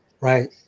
right